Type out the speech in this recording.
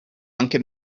anche